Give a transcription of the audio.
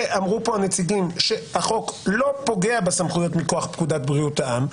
ואמרו פה הנציגים שהחוק לא פוגע בסמכויות מכוח פקודת בריאות העם,